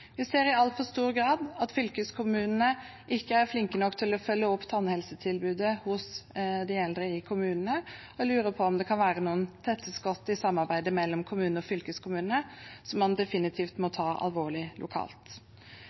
Vi ser i altfor stor grad at fylkeskommunene ikke er flinke nok til å følge opp tannhelsetilbudet for de eldre i kommunene, og jeg lurer på om det kan være noen tette skott i samarbeidet mellom kommunene og fylkeskommunene, som man definitivt må ta alvorlig lokalt.